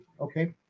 okay